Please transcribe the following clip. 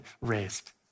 raised